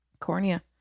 cornea